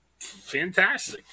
Fantastic